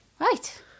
Right